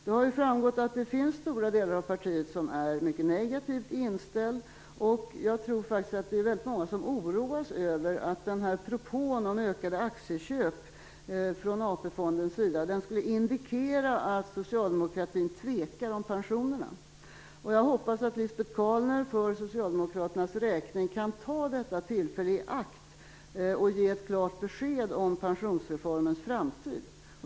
Det har framkommit att många inom partiet är mycket negativt inställda, och jag tror också att det är många som oroas över att den här propån om ökade aktieköp från AP-fondens sida skulle indikera att Socialdemokraterna tvekar om pensionerna. Jag hoppas att Lisbet Calner för Socialdemokraternas räkning kan ta detta tillfälle i akt att ge ett klart besked om pensionsreformens framtid.